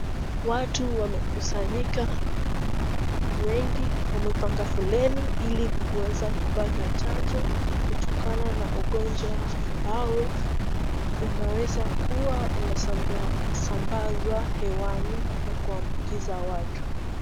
Watu wamekusanyika wengi wamepanga foleni ili kuweza kupata chanjo kutokana na ugonjwa ambao unaweza kuwa unasambaswa hewani na kuambukiza watu